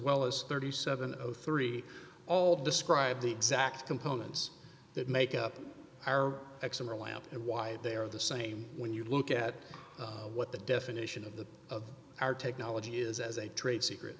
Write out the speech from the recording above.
well as thirty seven of three all describe the exact components that make up our eczema lamp and why they are the same when you look at what the definition of the of our technology is as a trade secret